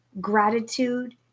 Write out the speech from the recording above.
gratitude